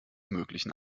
möglichen